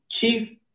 chief